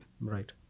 Right